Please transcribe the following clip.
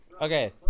Okay